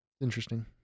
interesting